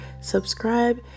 subscribe